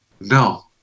No